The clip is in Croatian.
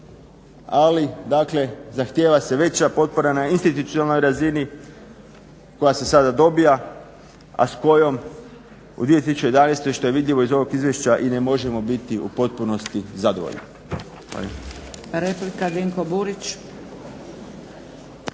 Ali dakle zahtijeva se veća potpora na institucionalnoj razini koja se sada dobija a s kojom u 2011. što je vidljivo iz ovog izvješća i ne možemo biti u potpunosti zadovoljni.